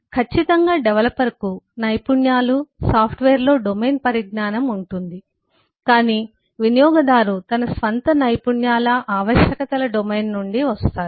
ఖచ్చితంగా డెవలపర్కు నైపుణ్యాలు సాఫ్ట్వేర్లో డొమైన్ పరిజ్ఞానం ఉంటుంది కాని వినియోగదారు తన స్వంత నైపుణ్యాల ఆవశ్యకతల డొమైన్ నుండి వస్తారు